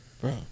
Bro